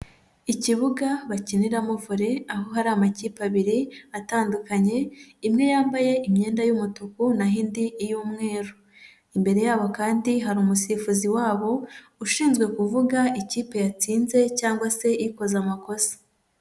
Ikibuga bakiniramo vole, aho hari amakipe abiri atandukanye, imwe yambaye imyenda y'umutuku na ho indi iy'umweru. Imbere yabo kandi hari umusifuzi wabo ushinzwe kuvuga ikipe yatsinze cyangwa se ikoze amakosa.